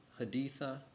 Haditha